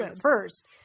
first